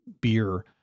beer